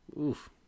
Oof